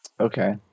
Okay